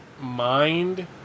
mind